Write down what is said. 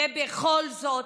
ובכל זאת,